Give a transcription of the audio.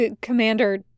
Commander